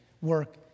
work